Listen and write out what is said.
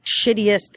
shittiest